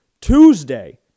Tuesday